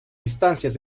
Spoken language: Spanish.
distancias